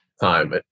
time